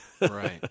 Right